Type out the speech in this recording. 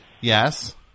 Yes